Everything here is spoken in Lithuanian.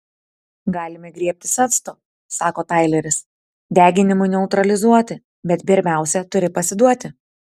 galime griebtis acto sako taileris deginimui neutralizuoti bet pirmiausia turi pasiduoti